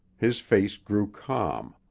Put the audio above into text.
his face grew calm.